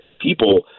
people